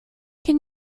can